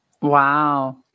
Wow